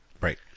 Right